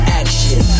action